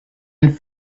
and